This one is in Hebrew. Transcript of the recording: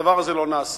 והדבר הזה לא נעשה.